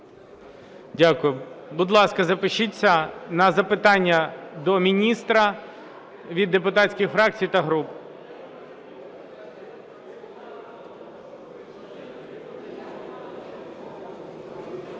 Дякую. Будь ласка, запишіться на запитання до міністра від депутатських фракцій та груп.